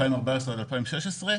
2014 עד 2016,